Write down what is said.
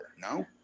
no